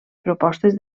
propostes